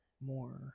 more